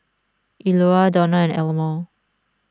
Eula Donal and Elmore